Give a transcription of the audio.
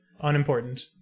unimportant